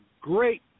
great